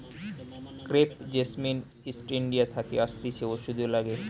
crepe jasmine East India থাকে আসতিছে ওষুধে লাগে